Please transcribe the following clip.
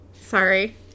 Sorry